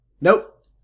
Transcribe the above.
nope